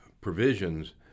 provisions